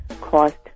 cost